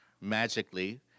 magically